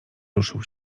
ruszył